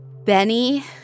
Benny